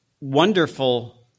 wonderful